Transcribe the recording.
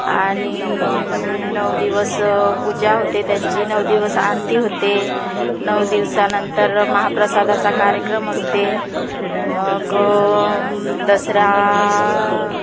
आणि नऊ दिवस पूजा होते त्यांची नऊ दिवस आरती होते नऊ दिवसानंतर महाप्रसादाचा कार्यक्रम असते मग दसरा